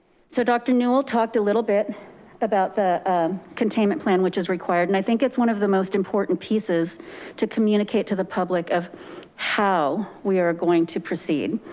so dr. newel talked a little bit about the containment plan, which is required. and i think it's one of the most important pieces to communicate to the public of how we are going to proceed.